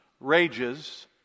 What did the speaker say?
rages